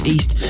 East